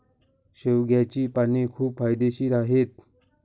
शेवग्याची पाने खूप फायदेशीर आहेत